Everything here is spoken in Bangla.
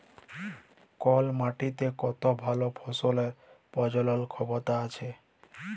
কল মাটিতে কত ভাল ফসলের প্রজলল ক্ষমতা আছে